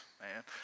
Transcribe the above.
man